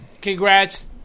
Congrats